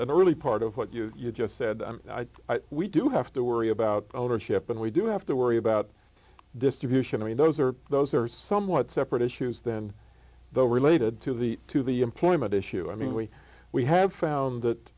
an early part of what you just said we do have to worry about ownership and we do have to worry about distribution i mean those are those are somewhat separate issues than the related to the to the employment issue i mean we we have